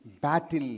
battle